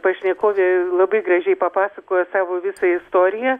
pašnekovė labai gražiai papasakojo savo visą istoriją